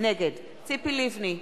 נגד ציפי לבני,